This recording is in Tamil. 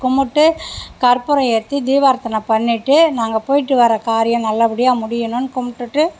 கும்பிட்டு கற்பூரம் ஏற்றி தீவார்த்தனை பண்ணிட்டு நாங்கள் போயிட்டு வர காரியம் நல்லபடியாக முடியணும்னு கும்பிட்டுட்டு